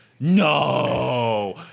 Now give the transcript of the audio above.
no